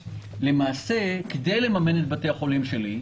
למעשה כדי לממן את בתי החולים שלי,